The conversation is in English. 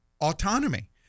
autonomy